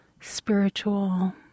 spiritual